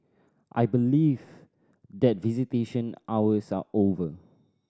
I believe that visitation hours are over